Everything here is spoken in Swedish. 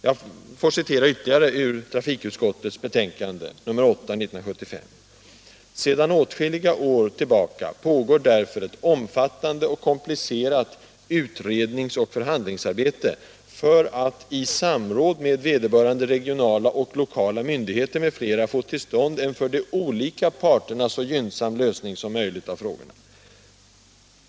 Jag får citera ytterligare ur trafikutskottets betänkande nr 8 år 1975: ”Sedan åtskilliga år tillbaka pågår därför ett omfattande och komplicerat utredningsoch förhandlingsarbete för att i samråd med vederbörande regionala och lokala myndigheter m.fl. få till stånd en för de olika parterna så gynnsam lösning som möjligt av frågorna.